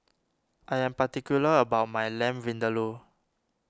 I am particular about my Lamb Vindaloo